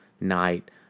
night